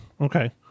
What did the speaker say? Okay